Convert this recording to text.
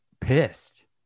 pissed